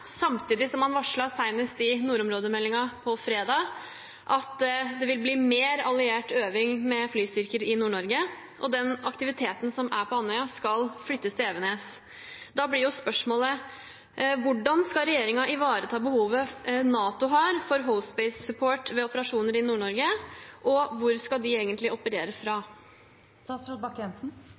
samtidig som man varslet senest i nordområdemeldingen på fredag at det vil bli mer alliert øving med flystyrker i Nord-Norge, og den aktiviteten som er på Andøya, skal flyttes til Evenes. Da blir spørsmålet: Hvordan skal regjeringen ivareta behovet NATO har for «host space support» ved operasjoner i Nord-Norge? Og hvor skal de egentlig operere fra?